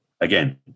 again